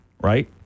right